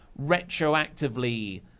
retroactively